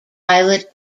pilot